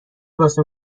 واسه